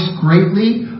greatly